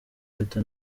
leta